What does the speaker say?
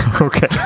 Okay